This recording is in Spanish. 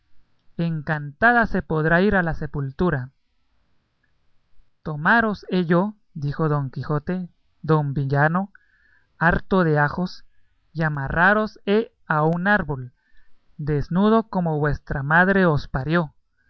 encantada se podrá ir a la sepultura tomaros he yo dijo don quijote don villano harto de ajos y amarraros he a un árbol desnudo como vuestra madre